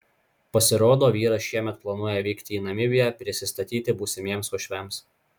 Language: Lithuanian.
pasirodo vyras šiemet planuoja vykti į namibiją prisistatyti būsimiems uošviams